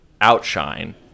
Outshine